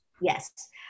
yes